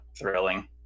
thrilling